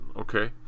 Okay